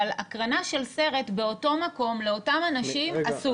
אבל הקרנה של סרט באותו מקום לאותם אנשים אסור.